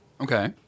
Okay